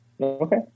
Okay